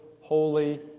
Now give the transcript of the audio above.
holy